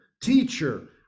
teacher